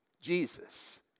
Jesus